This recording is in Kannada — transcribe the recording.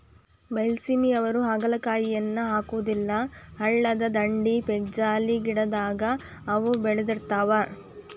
ಬೈಲಸೇಮಿಯವ್ರು ಹಾಗಲಕಾಯಿಯನ್ನಾ ಹಾಕುದಿಲ್ಲಾ ಹಳ್ಳದ ದಂಡಿ, ಪೇಕ್ಜಾಲಿ ಗಿಡದಾಗ ಅವ ಬೇಳದಿರ್ತಾವ